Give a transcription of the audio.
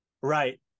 right